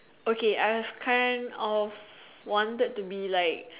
okay I have kind of wanted to be like